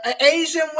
Asian